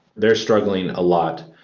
they're struggling a lot.